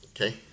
okay